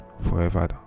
forever